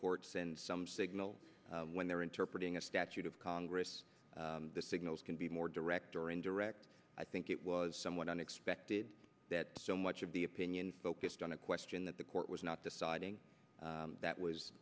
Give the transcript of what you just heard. court sends some signal when they're interpreting a statute of congress the signals can be more direct or indirect i think it was somewhat unexpected that so much of the opinion focused on a question that the court was not deciding that was